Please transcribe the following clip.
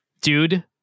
dude